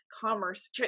commerce